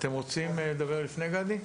אתם רוצים לדבר לפני גדי?